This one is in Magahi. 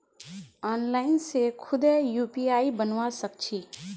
आनलाइन से खुदे यू.पी.आई बनवा सक छी